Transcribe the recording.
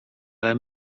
ale